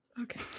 Okay